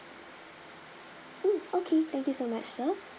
mm okay thank you so much sir